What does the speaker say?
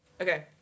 Okay